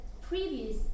previous